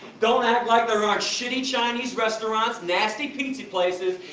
don't act like there aren't shitty chinese restaurants, nasty pizza places,